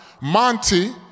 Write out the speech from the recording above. Monty